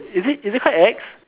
is it is it quite ex